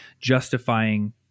justifying